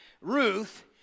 Ruth